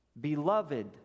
beloved